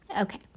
Okay